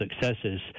successes